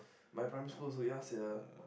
my primary school also ya sia